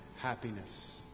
Happiness